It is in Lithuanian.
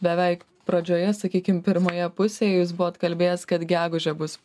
beveik pradžioje sakykim pirmoje pusėje jūs buvot kalbėjęs kad gegužę bus